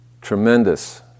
tremendous